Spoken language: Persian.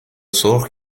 سرخ